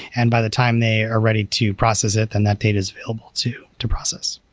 and by the time they are ready to process it, then that data is available too to process.